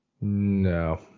No